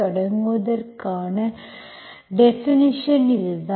தொடங்குவதற்கான டெபினிஷன் இதுதான்